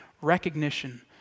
recognition